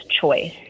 choice